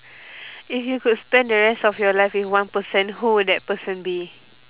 if you could spend the rest of your life with one person who would that person be